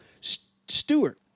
Stewart